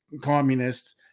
communists